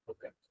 Okay